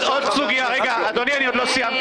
אדוני לא סיימתי,